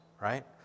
right